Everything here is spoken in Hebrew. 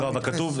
--- כתוב: